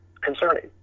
concerning